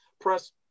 press